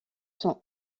sont